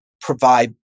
provide